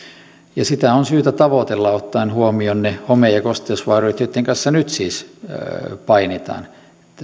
ja sitä on syytä tavoitella ottaen huomioon ne home ja kosteusvauriot joitten kanssa nyt siis painitaan